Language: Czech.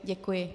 Děkuji.